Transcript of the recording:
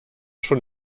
schon